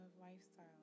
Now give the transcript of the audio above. lifestyle